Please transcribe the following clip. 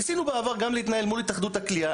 ניסינו בעבר גם להתנהל מול התאחדות הקליעה,